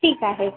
ठीक आहे